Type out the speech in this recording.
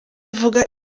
avuga